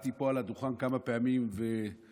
עמדתי פה על הדוכן כמה פעמים וצלפתי,